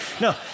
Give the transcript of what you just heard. No